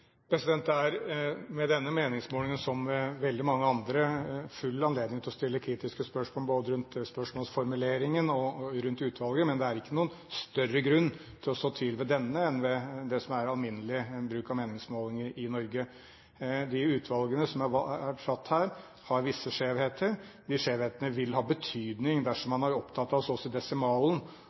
Det er ved denne meningsmålingen, som ved veldig mange andre, full anledning til å stille kritiske spørsmål både rundt spørsmålsformuleringen og rundt utvalget. Men det er ikke noen større grunn til å så tvil ved denne meningsmålingen enn det er ved alminnelig bruk av meningsmålinger i Norge. De utvalgene som er valgt her, har visse skjevheter. De skjevhetene vil ha betydning dersom man er opptatt av